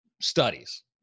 studies